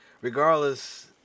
regardless